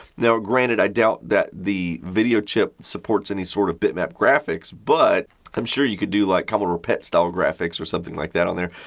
now granted, i doubt that the video chip supports any sort of bit-mapped graphics, but i'm sure you could do like commodore pet style graphics or something like that on there.